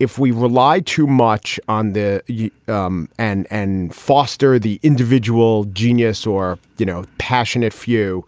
if we rely too much on the youth um and and foster the individual genius or, you know, passionate few.